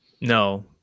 No